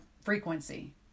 frequency